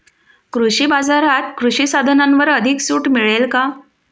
कृषी बाजारात कृषी साधनांवर अधिक सूट मिळेल का?